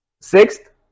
Sixth